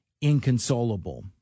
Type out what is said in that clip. inconsolable